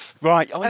Right